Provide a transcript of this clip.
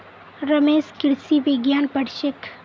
रमेश कृषि विज्ञान पढ़ छेक